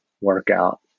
workout